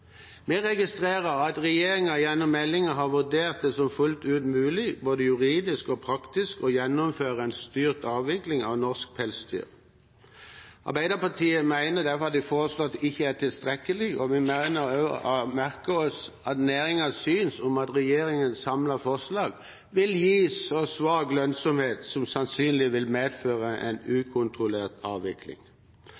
Vi registrerer at regjeringen gjennom meldingen har vurdert det som fullt ut mulig både juridisk og praktisk å gjennomføre en styrt avvikling av norsk pelsdyroppdrett. Arbeiderpartiet mener det regjeringen har foreslått, ikke er tilstrekkelig, og vi merker oss at næringens syn er at regjeringens samlede forslag vil gi så svak lønnsomhet at det sannsynligvis vil medføre en